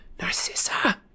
Narcissa